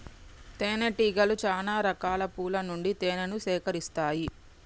తేనె టీగలు చాల రకాల పూల నుండి తేనెను సేకరిస్తాయి